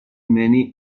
many